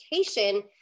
education